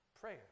prayer